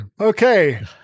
Okay